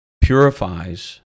purifies